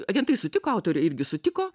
agentai sutiko autorė irgi sutiko